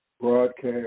Broadcast